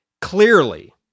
clearly